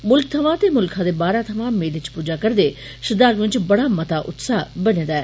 मुल्खा थमां ते मुल्खा दे बाहरा थमां मेले च पुज्जे करदे श्रृद्वालुएं च बड़ा मता उत्साह बने दा ऐ